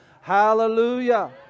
hallelujah